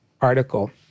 article